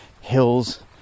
hills